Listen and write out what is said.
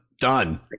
Done